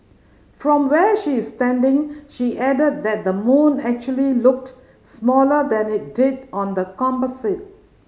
from where she is standing she added that the moon actually looked smaller than it did on the composite